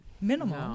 Minimal